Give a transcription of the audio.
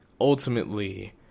ultimately